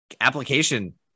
application